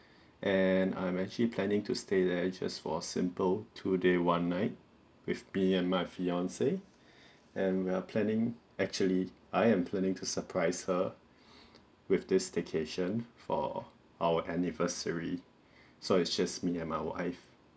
and I'm actually planning to stay there just for simple two day one night with me and my fiance and we're planning actually I am planning to surprise her with this staycation for our anniversary so it's just me and my wife